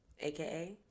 AKA